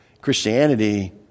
christianity